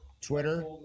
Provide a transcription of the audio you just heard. Twitter